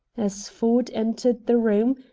as ford entered the room,